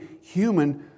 human